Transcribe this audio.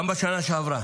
גם בשנה שעברה